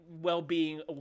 well-being